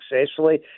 successfully